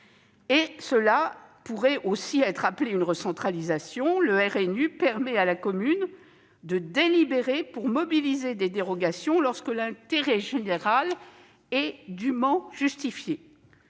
cela pourrait être vu comme une recentralisation : le RNU permet à la commune de délibérer pour mobiliser des dérogations lorsque l'intérêt général est dûment justifié.